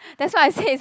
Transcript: that's why I say is a